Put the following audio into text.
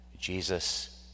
Jesus